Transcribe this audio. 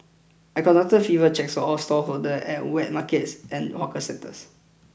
I conducted fever checks all stallholder at wet markets and hawker centers